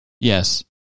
Yes